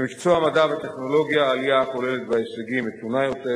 מבחני המיצ"ב תשע"א הם עדות ראשונה להתקדמות בהישגים ולצמצום בפערים.